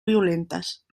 violentes